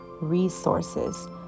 resources